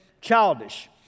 Childish